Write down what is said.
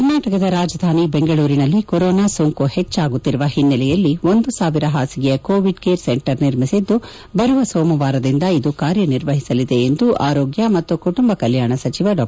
ಕರ್ನಾಟಕ ರಾಜಧಾನಿ ಬೆಂಗಳೂರಿನಲ್ಲಿ ಕೊರೋನಾ ಸೋಂಕು ಹೆಚ್ಚಾಗುತ್ತಿರುವ ಹಿನ್ನೆಲೆಯಲ್ಲಿ ಒಂದು ಸಾವಿರ ಹಾಸಿಗೆಯ ಕೋವಿಡ್ ಕೇರ್ ಸೆಂಟರ್ ನಿರ್ಮಿಸಿದ್ದು ಬರುವ ಸೋಮವಾರದಿಂದ ಇದು ಕಾರ್ಯನಿರ್ವಹಿಸಲಿದೆ ಎಂದು ಆರೋಗ್ಯ ಮತ್ತು ಕುಟುಂಬ ಕಲ್ಯಾಣ ಸಚಿವ ಡಾ